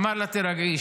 אמר לה: תירגעי,